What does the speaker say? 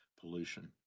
pollution